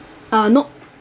uh nope